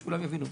שכולם יבינו,